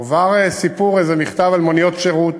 הועבר סיפור, איזה מכתב על מוניות שירות